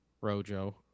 Rojo